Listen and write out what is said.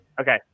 Okay